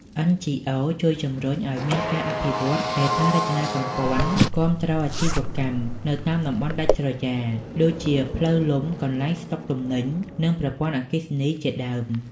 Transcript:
NGOs ជួយជំរុញឱ្យមានការអភិវឌ្ឍហេដ្ឋារចនាសម្ព័ន្ធគាំទ្រអាជីវកម្មនៅតាមតំបន់ដាច់ស្រយាល ដូចជាផ្លូវលំ កន្លែងស្តុកទំនិញ និងប្រព័ន្ធអគ្គិភ័យជាដើម។